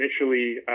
initially